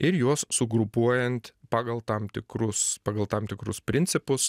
ir juos sugrupuojant pagal tam tikrus pagal tam tikrus principus